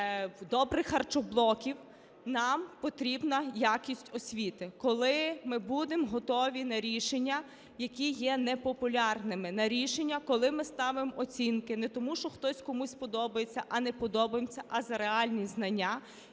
добрих харчоблоків, нам потрібна якість освіти. Коли ми будемо готові на рішення, які є непопулярними, на рішення, коли ми ставимо оцінки не тому, що хтось комусь подобається і не подобається, а за реальні знання?